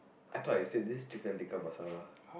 I thought I said this Chicken tikka masala